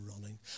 running